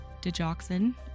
digoxin